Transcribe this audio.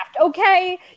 okay